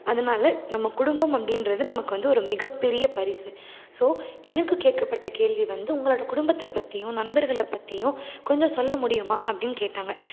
அதனால் நம்ம குடும்பம் அப்படின்றது நமக்கு வந்து ஒரு மிகப்பெரிய பரிசு ஸோ எனக்கு கேட்கப்பட்ட கேள்வி வந்து உங்களோடய குடும்பத்தை பற்றியும் நண்பர்களை பற்றியும் கொஞ்சம் சொல்ல முடியுமா அப்படின்னு கேட்டாங்க